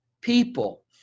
people